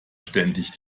ständig